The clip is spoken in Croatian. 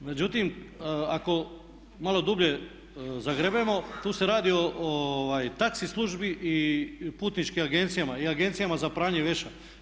Međutim, ako malo dublje zagrebemo tu se radi o taxi službi i putničkim agencijama i agencijama za pranje veša.